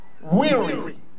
weary